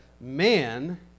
man